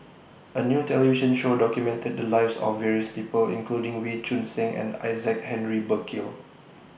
A New television Show documented The Lives of various People including Wee Choon Seng and Isaac Henry Burkill